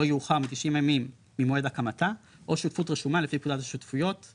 יאוחר מ-90 ימים ממועד הקמתה או שותפות רשומה לפי פקודת השותפויות ,